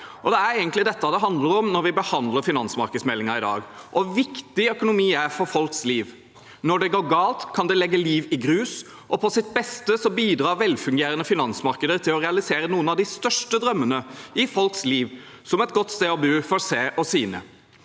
Det er egentlig dette det handler om når vi behandler finansmarkedsmeldingen i dag – hvor viktig økonomi er for folks liv. Når det går galt, kan det legge liv i grus. På sitt beste bidrar velfungerende finansmarkeder til å realisere noen av de største drømmene i folks liv, som et godt sted å bo for seg og sine.